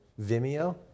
Vimeo